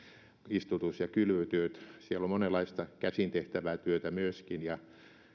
istutus ja kylvötyöt siellä on myöskin monenlaista käsin tehtävää työtä ja